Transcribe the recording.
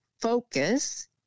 focus